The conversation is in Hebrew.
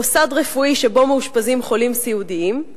מוסד רפואי שבו מאושפזים חולים סיעודיים,